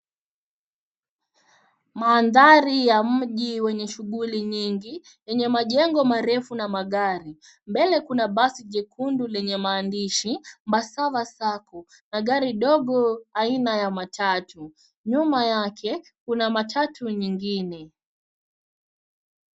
Mandhari ya mji wenye shughuli nyingi, yenye majengo marefu na magari. Mbele kuna basi jekundu lenye maandishi MBASSAVA SACCO na gari ndogo aina ya matatu. Nyuma yake kuna matatu nyingine.